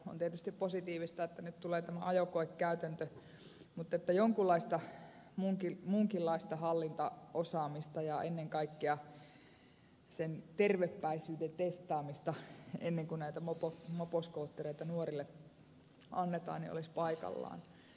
on tietysti positiivista että nyt tulee tämä ajokoekäytäntö mutta jonkinlainen muukin hallintaosaaminen ja ennen kaikkea sen tervepäisyyden testaaminen ennen kuin näitä moposkoottereita nuorille annetaan olisi paikallaan